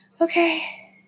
Okay